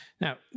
Now